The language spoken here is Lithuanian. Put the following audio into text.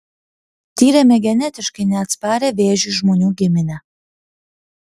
tyrėme genetiškai neatsparią vėžiui žmonių giminę